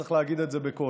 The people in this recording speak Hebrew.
וצריך להגיד את זה בקול.